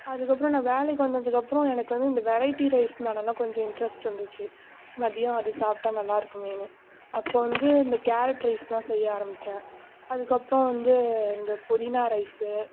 அதுக்கப்றம் நான் வேலைக்கு வந்ததுக்கப்றம் எனக்கு வந்து இந்த வெரைட்டி ரைஸ் மேலெல்லாம் கொஞ்சம் இன்ட்ரஸ்ட் இருந்துச்சு மதியம் அது சாப்பிட்டா நல்லாயிருக்குமேனு அப்பறம் வந்து இந்த கேரட் ரைஸ்லாம் செய்ய ஆரம்பிச்சேன் அதுக்கப்றம் வந்து இந்த புதினா ரைஸு